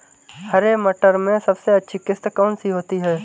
हरे मटर में सबसे अच्छी किश्त कौन सी होती है?